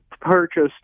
purchased